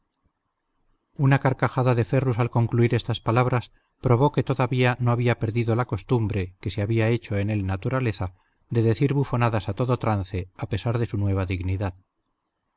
una carcajada de ferrus al concluir estas palabras probó que todavía no había perdido la costumbre que se había hecho en él naturaleza de decir bufonadas a todo trance a pesar de su nueva dignidad